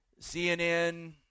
cnn